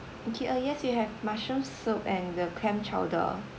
okay uh yes we have mushroom soup and the clam chowder